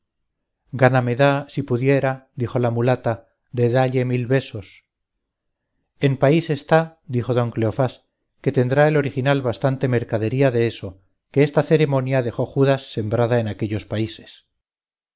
gana me da si pudiera dijo la mulata de dalle mil besos en país está dijo don cleofás que tendrá el original bastante mercadería de eso que esta ceremonia dejó judas sembrada en aquellos países